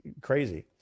crazy